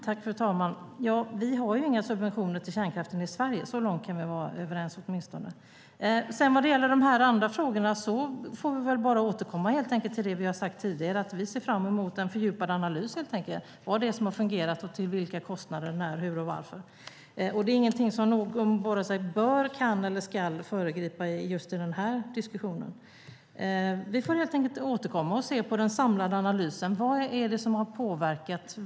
Fru talman! Vi har inga subventioner till kärnkraften i Sverige. Så långt kan vi åtminstone vara överens. Vad gäller de andra frågorna får vi helt enkelt återkomma till det vi har sagt tidigare. Vi ser fram emot en fördjupad analys om vad som har fungerat, till vilka kostnader, och när, hur och varför. Det är ingenting som någon vare sig bör, kan eller ska föregripa i diskussionen. Vi får helt enkelt återkomma och se på den samlade analysen. Vad är det som har påverkat?